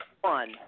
one